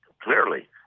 clearly